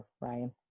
Ryan